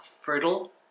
fertile